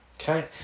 Okay